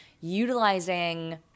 utilizing